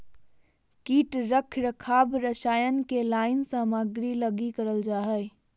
कीट रख रखाव रसायन के लाइन सामग्री लगी करल जा हइ